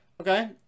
Okay